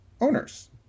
owners